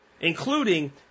including